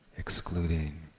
Excluding